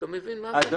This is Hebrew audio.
אתה מבין מה זה?